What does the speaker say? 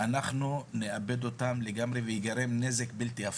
אנחנו נאבד אותם לגמרי וייגרם נזק בלתי הפיך,